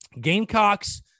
Gamecocks